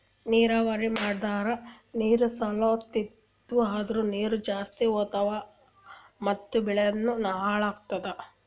ನೀರಾವರಿ ಮಾಡದ್ ನೀರ್ ಸೊರ್ಲತಿದ್ವು ಅಂದ್ರ ನೀರ್ ಜಾಸ್ತಿ ಹೋತಾವ್ ಮತ್ ಬೆಳಿನೂ ಹಾಳಾತದ